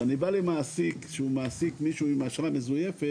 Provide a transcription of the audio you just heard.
כשאני בא למעסיק שמעסיק מישהו עם אשרה מזויפת,